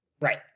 right